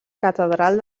catedral